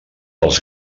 els